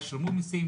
ישלמו מיסים,